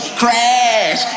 crash